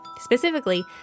Specifically